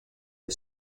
the